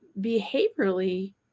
behaviorally